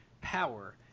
power